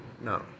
No